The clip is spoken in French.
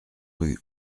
rue